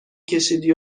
کشیدی